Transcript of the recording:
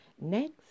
Next